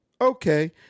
Okay